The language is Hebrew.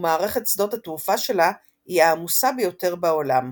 ומערכת שדות התעופה שלה היא העמוסה ביותר בעולם.